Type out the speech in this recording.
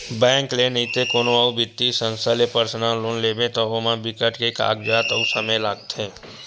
bank ले नइते कोनो अउ बित्तीय संस्था ले पर्सनल लोन लेबे त ओमा बिकट के कागजात अउ समे लागथे